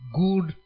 good